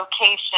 location